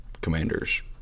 Commander's